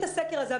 מספיק עם זה.